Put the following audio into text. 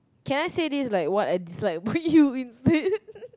can I say this like what I dislike about you instead